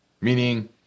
Meaning